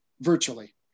virtually